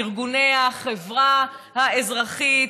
ארגוני החברה האזרחית,